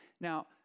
Now